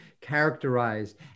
characterized